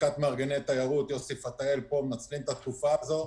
לשכת מארגני התיירות יוסי פתאל פה מנצלים את התקופה הזאת,